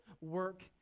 work